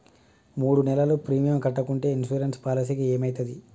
మూడు నెలలు ప్రీమియం కట్టకుంటే ఇన్సూరెన్స్ పాలసీకి ఏమైతది?